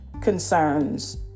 concerns